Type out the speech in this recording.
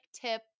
tip